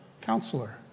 counselor